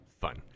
fun